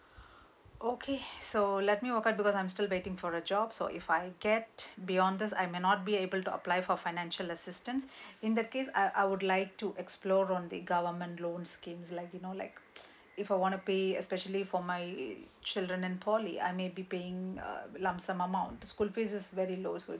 okay so let me work out because I'm still waiting for a job so if I get beyond this I might not be able to apply for financial assistance in that case I I would like to explore on the government loan schemes like you know like if I want to pay especially for my children in poly I may be paying a lump sum amount school fees is very low so